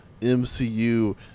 MCU